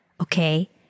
okay